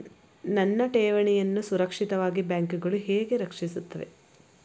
ನನ್ನ ಠೇವಣಿಯನ್ನು ಸುರಕ್ಷಿತವಾಗಿ ಬ್ಯಾಂಕುಗಳು ಹೇಗೆ ರಕ್ಷಿಸುತ್ತವೆ?